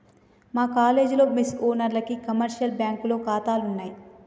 మా కాలేజీలో మెస్ ఓనర్లకి కమర్షియల్ బ్యాంకులో ఖాతాలున్నయ్